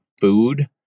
food